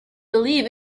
believe